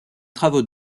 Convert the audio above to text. travaux